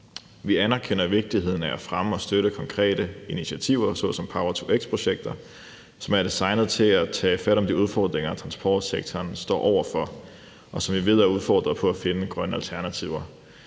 Vi anerkender vigtigheden af at fremme og støtte konkrete initiativer såsom power-to-x-projekter, som er designet til at tage fat om de udfordringer, transportsektoren, som vi ved er udfordret med hensyn til at finde grønne alternativer,